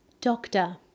Doctor